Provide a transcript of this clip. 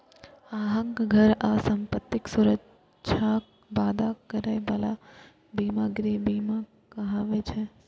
अहांक घर आ संपत्तिक सुरक्षाक वादा करै बला बीमा गृह बीमा कहाबै छै